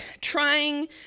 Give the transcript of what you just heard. trying